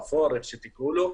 איך שתקראו לו.